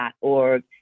org